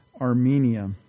Armenia